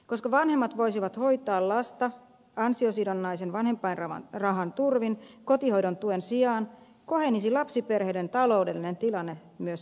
koska vanhemmat voisivat hoitaa lasta ansiosidonnaisen vanhempainrahan turvin kotihoidon tuen sijaan kohenisi myös lapsiperheiden taloudellinen tilanne samanaikaisesti